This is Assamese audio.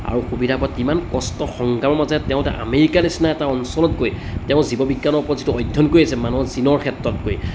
আৰু সুবিধা পাই কিমান কষ্ট সংগ্ৰামৰ মাজেৰে তেওঁ এটা আমেৰিকাৰ নিচিনা এটা অঞ্চলত গৈ তেওঁৰ জীৱ বিজ্ঞানৰ ওপৰত যিটো অধ্যয়ন কৰি আছে মানুহৰ জীনৰ ক্ষেত্ৰত গৈ